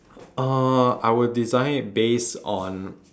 uh I would design based on